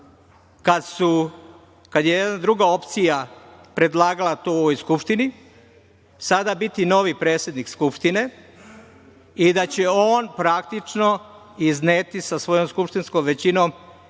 kad je jedna druga opcija predlagala to u ovoj Skupštini, sada biti novi predsednik Skupštine i da će on praktično izneti sa svojom skupštinskom većinom